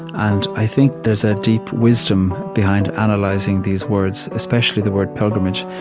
and i think there's a deep wisdom behind analyzing these words, especially the word pilgrimage.